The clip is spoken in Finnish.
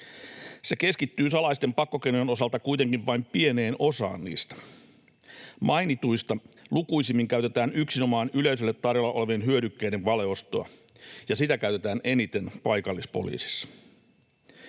Se keskittyy salaisten pakkokeinojen osalta kuitenkin vain pieneen osaan niistä. Mainituista lukuisimmin käytetään yksinomaan yleisölle tarjolla olevien hyödykkeiden valeostoa, ja sitä käytetään eniten paikallispoliisissa.